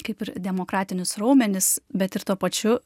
kaip ir demokratinius raumenis bet ir tuo pačiu